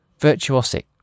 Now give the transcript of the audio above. virtuosic